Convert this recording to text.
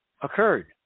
occurred